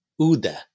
Uda